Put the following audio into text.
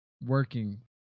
working